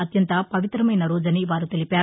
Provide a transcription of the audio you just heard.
అత్యంత పవితమైన రోజని వారు తెలిపారు